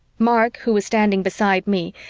mark, who was standing beside me,